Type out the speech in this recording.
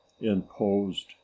imposed